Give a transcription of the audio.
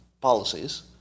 policies